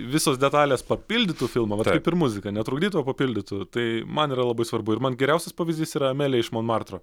visos detalės papildytų filmą vat taip ir muzika netrukdytų o papildytų tai man yra labai svarbu ir man geriausias pavyzdys yra amelija iš monmartro